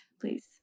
please